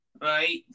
Right